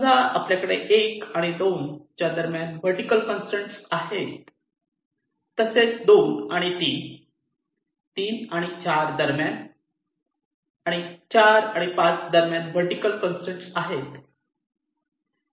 समजा आपल्याकडे 1 आणि 2 च्या दरम्यान वर्टीकल कंसट्रेन आहेत तसेच 2 आणि 3 3 आणि 4 दरम्यान आणि 4 आणि 5 दरम्यान वर्टीकल कंसट्रेन आहेत